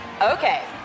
Okay